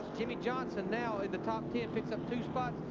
jimmie johnson now in the top ten, picks up two spots.